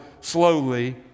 slowly